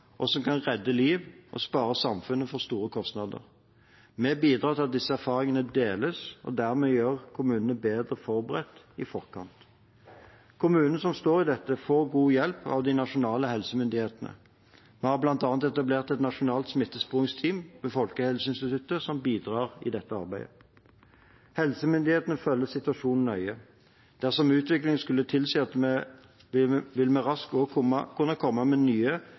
og som kan redde liv og spare samfunnet for store kostnader. Vi bidrar til at disse erfaringene deles, og gjør dermed kommunene bedre forberedt i forkant. Kommunene som står i dette, får god hjelp av de nasjonale helsemyndighetene. Vi har bl.a. etablert et nasjonalt smittesporingsteam ved Folkehelseinstituttet som bidrar i dette arbeidet. Helsemyndighetene følger situasjonen nøye. Dersom utviklingen skulle tilsi det, vil vi raskt kunne komme med nye